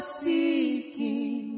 seeking